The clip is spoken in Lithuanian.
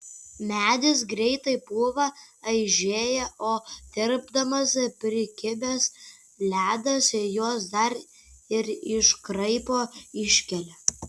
medis greitai pūva eižėja o tirpdamas prikibęs ledas juos dar ir iškraipo iškelia